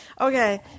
Okay